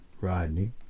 Rodney